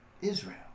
Israel